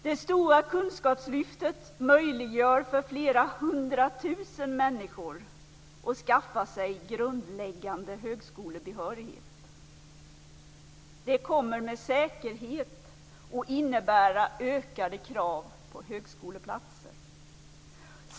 Det stora kunskapslyftet möjliggör för flera hundra tusen människor att skaffa sig grundläggande högskolebehörighet. Det kommer med säkerhet att innebära ökade krav på högskoleplatser.